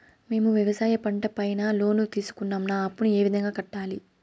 మేము వ్యవసాయ పంట పైన లోను తీసుకున్నాం నా అప్పును ఏ విధంగా కట్టాలి